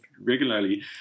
regularly